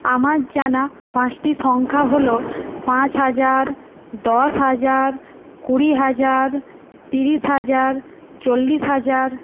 আমার জানা পাঁচটি সংখ্যা হল পাঁচ হাজার দশ হাজার কুড়ি হাজার তিরিশ হাজার চল্লিশ হাজার